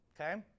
okay